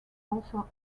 also